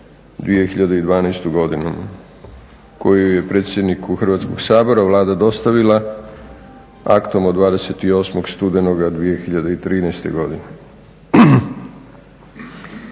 2012. godinu koji je predsjedniku Hrvatskog sabora Vlada dostavila aktom od 28. studenoga 2013. godine.